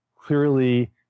clearly